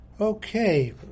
Okay